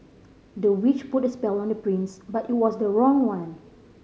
the witch put a spell on the prince but it was the wrong one